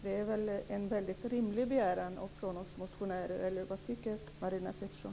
Det är en mycket rimlig begäran från oss motionärer, eller vad tycker Marina Pettersson?